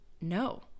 no